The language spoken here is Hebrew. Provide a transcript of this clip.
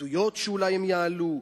מההתנגדויות שאולי הם יעלו,